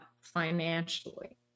financially